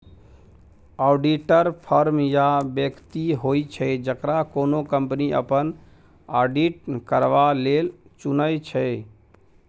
auditor firm या बेकती होइ छै जकरा कोनो कंपनी अपन आडिट करबा लेल चुनै छै